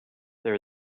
there